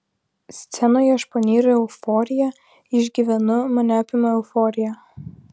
scenoje aš panyru į euforiją išgyvenu mane apima euforija